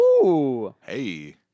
hey